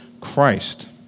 Christ